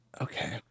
Okay